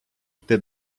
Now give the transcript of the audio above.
йти